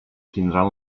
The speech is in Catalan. tindran